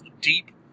deep